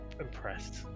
impressed